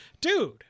dude